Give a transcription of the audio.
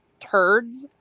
turds